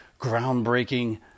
groundbreaking